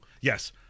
Yes